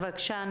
בבקשה,